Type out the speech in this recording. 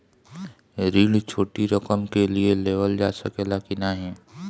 ऋण छोटी रकम के लिए लेवल जा सकेला की नाहीं?